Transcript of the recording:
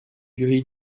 grilles